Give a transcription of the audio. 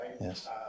Yes